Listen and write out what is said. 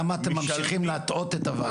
למה אתם ממשיכים להטעות את הוועדה?